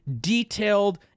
detailed